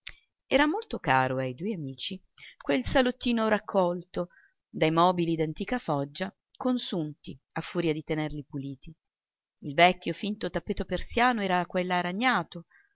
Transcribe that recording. era molto caro ai due amici quel salottino raccolto dai mobili d'antica foggia consunti a furia di tenerli puliti il vecchio finto tappeto persiano era qua e